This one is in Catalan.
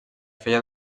feia